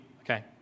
okay